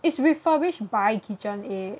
it's refurbished by KitchenAid